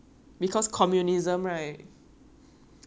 ya communism only runs once one way lah hor